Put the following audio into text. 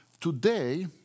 Today